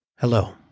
Hello